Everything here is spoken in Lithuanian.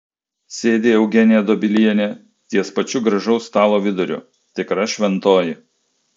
sėdi eugenija dobilienė ties pačiu gražaus stalo viduriu tikra šventoji